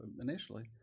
initially